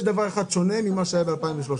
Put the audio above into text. עכשיו יש דבר אחד שונה מאשר היה ב-2013.